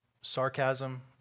sarcasm